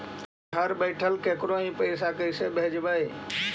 घर बैठल केकरो ही पैसा कैसे भेजबइ?